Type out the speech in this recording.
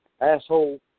asshole